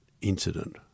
incident